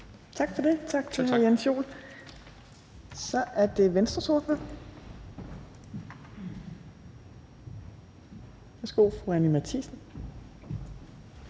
Tak for det, tak til hr. Jens Joel. Så er det Venstres ordfører. Værsgo til fru Anni Matthiesen.